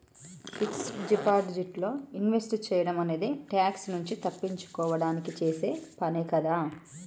fixed deposit లో invest సేయడం అనేది ట్యాక్స్ నుంచి తప్పించుకోడానికి చేసే పనే కదా